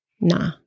nah